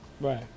Right